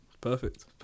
Perfect